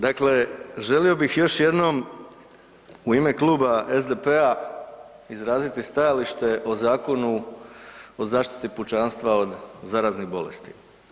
Dakle, želio bih još jednom u ime Kluba SDP-a izraziti stajalište o Zakonu o zaštiti pučanstva od zaraznih bolesti.